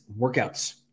workouts